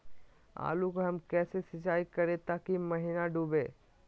आलू को हम कैसे सिंचाई करे ताकी महिना डूबे?